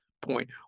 point